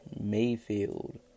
Mayfield